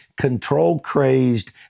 control-crazed